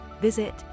visit